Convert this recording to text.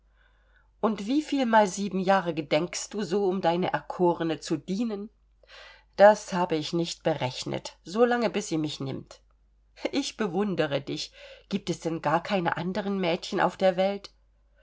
und wieviel mal sieben jahre gedenkst du so um deine erkorene zu dienen das habe ich nicht berechnet so lange bis sie mich nimmt ich bewundere dich gibt es denn gar keine anderen mädchen auf der welt